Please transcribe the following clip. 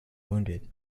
wounded